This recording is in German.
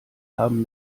haben